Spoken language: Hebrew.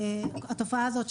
התופעה הזאת,